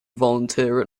volunteer